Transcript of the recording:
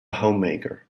homemaker